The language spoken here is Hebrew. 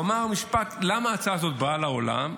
הוא אמר משפט: למה ההצעה הזאת באה לעולם?